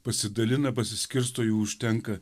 pasidalina pasiskirsto jų užtenka